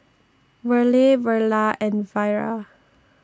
Verle Verla and Vira